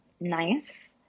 nice